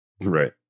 Right